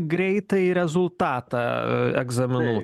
greitai rezultatą egzaminų